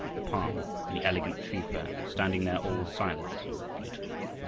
the palm, and the elegant tree-fern, standing there all silent and beautiful,